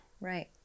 Right